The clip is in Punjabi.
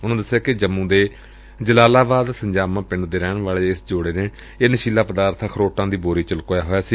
ਉਨੂਾ ਦਸਿਆ ਕਿ ਜੰਮੂ ਦੇ ਜਲਾਲਾਬਾਦ ਸੰਜਾਮਾ ਪਿੰਡ ਦੇ ਰਹਿਣ ਵਾਲੇ ਇਸ ਜੋੜੇ ਨੇ ਇਹ ਨਸ਼ੀਲਾ ਪਦਾਰਥ ਅਖਰੋਟਾ ਦੀ ਬੋਰੀ ਚ ਛੁਪਾਇਆ ਹੋਇਆ ਸੀ